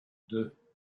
deux